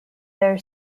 their